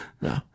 No